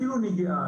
אפילו נגיעה,